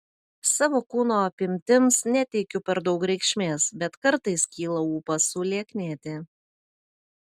savo kūno apimtims neteikiu per daug reikšmės bet kartais kyla ūpas sulieknėti